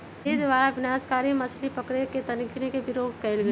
मेरे द्वारा विनाशकारी मछली पकड़े के तकनीक के विरोध कइल गेलय